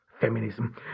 feminism